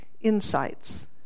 insights